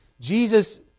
Jesus